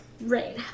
Right